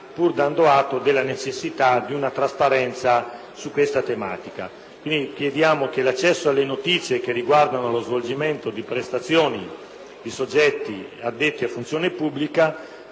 pur dando atto della necessità di una trasparenza su questa tematica. Chiediamo quindi che l'accesso alle notizie che riguardano lo svolgimento di prestazioni di soggetti addetti a funzione pubblica